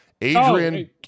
Adrian